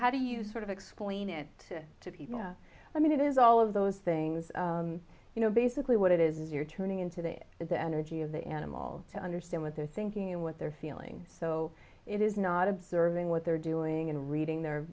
how do you sort of explain it to people i mean it is all of those things you know basically what it is you're turning into that is the energy of the animal to understand what they're thinking and what they're feeling so it is not observing what they're doing and reading their